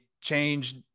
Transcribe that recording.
change